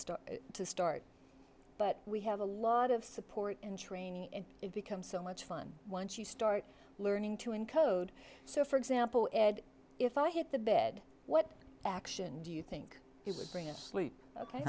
start to start but we have a lot of support and training and it becomes so much fun once you start learning to encode so for example ed if i hit the bed what action do you think he would bring a sleep ok